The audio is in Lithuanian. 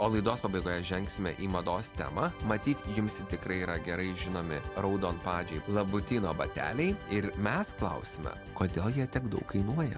o laidos pabaigoje žengsime į mados temą matyt jums tikrai yra gerai žinomi raudonpadžiai labutino bateliai ir mes klausime kodėl jie tiek daug kainuoja